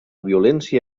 violència